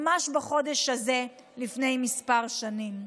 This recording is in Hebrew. ממש בחודש הזה לפני כמה שנים.